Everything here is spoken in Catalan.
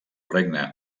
regne